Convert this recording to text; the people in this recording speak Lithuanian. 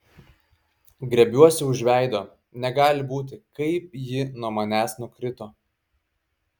griebiuosi už veido negali būti kaip ji nuo manęs nukrito